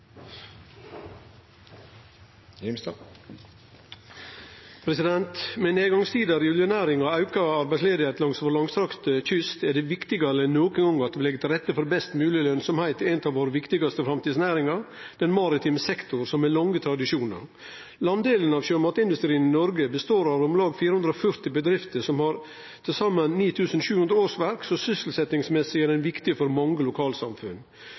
rette for best mogleg lønsemd i ei av våre viktigaste framtidsnæringar, den maritime sektor, som har lange tradisjonar. Landdelen av sjømatindustrien i Noreg består av om lag 440 bedrifter, som har til saman 9 700 årsverk, så sysselsetjingsmessig er han viktig for mange lokalsamfunn.